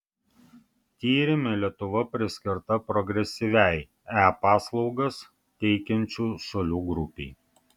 tyrime lietuva priskirta progresyviai e paslaugas teikiančių šalių grupei